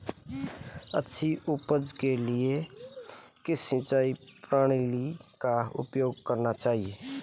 अच्छी उपज के लिए किस सिंचाई प्रणाली का उपयोग करना चाहिए?